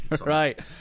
Right